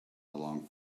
along